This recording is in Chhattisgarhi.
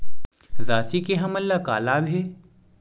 राशि से हमन ला का लाभ हे?